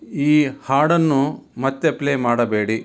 ಈ ಹಾಡನ್ನು ಮತ್ತೆ ಪ್ಲೇ ಮಾಡಬೇಡಿ